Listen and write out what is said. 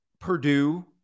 Purdue